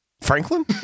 Franklin